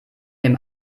dem